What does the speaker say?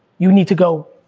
you need to go